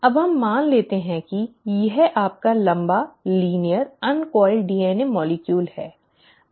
अब हम मान लेते हैं कि यह आपका लंबा लिन्इअ अन्कॉइल्ड डीएनए अणु है